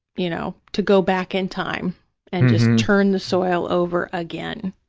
you know, to go back in time and just turn the soil over again.